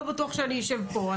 לא בטוח שאני אשב פה.